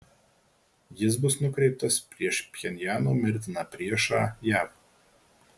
jis bus nukreiptas prieš pchenjano mirtiną priešą jav